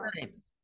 times